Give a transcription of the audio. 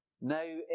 Now